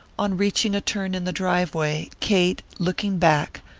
on reaching a turn in the driveway kate, looking back,